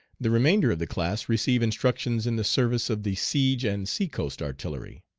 the remainder of the class receive instructions in the service of the siege and sea-coast artillery.